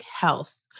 health